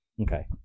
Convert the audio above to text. Okay